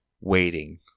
waiting